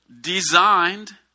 designed